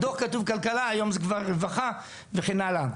בדוח כתוב כלכלה, היום זה כבר רווחה, וכן הלאה.